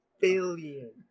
billion